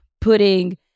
putting